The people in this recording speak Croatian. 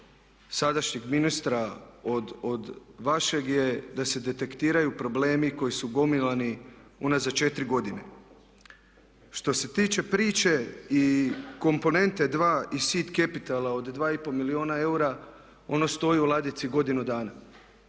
sadašnjeg ministra od vašeg je da se detektiraju problemi koji su gomilani unazad 4 godine. Što se tiče priče i komponente 2 iz SID Capitala od 2,5 milijuna eura ono stoji u ladici godinu dana.